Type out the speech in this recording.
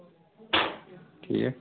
ٹھیٖک